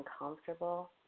uncomfortable